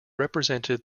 represented